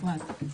אפרת.